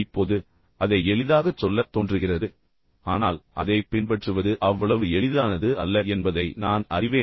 இப்போது அதை எளிதாகச் சொல்லத் தோன்றுகிறது ஆனால் அதைப் பின்பற்றுவது அவ்வளவு எளிதானது அல்ல என்பதை நான் அறிவேன்